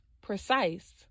precise